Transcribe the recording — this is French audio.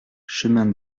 chemin